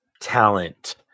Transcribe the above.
talent